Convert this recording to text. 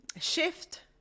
shift